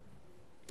צבאיים),